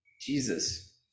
Jesus